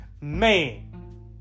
man